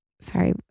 sorry